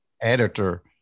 editor